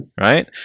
right